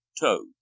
toe